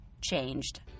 changed